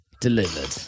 delivered